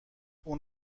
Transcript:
اون